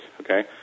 okay